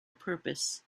purpose